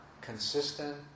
consistent